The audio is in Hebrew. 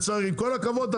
עם כל הכבוד,